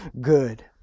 good